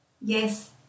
Yes